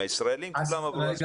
הישראלים כולם עברו הסמכה.